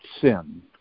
sin